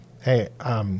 Hey